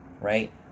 Right